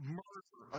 murder